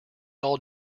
all